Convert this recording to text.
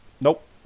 Nope